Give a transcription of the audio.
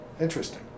Interesting